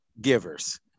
givers